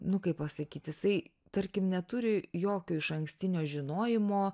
nu kaip pasakyt jisai tarkim neturi jokio išankstinio žinojimo